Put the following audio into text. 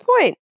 point